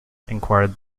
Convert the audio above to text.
inquired